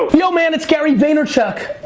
yo man, it's gary vaynerchuk!